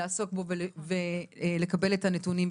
לעסוק בו ולקבל את הנתונים.